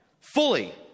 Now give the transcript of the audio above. fully